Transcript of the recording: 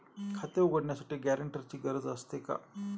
खाते उघडण्यासाठी गॅरेंटरची गरज असते का?